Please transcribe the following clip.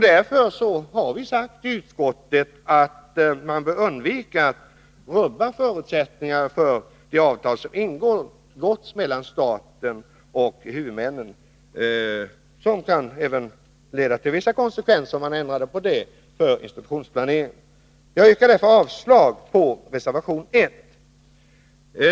Därför har vi i utskottet sagt att man bör undvika att rubba förutsättningarna för de avtal som ingåtts mellan staten och huvudmännen. Om man ändrar på detta, kan det leda till vissa konsekvenser för institutionsplaneringen. Jag yrkar därför avslag på reservation 1.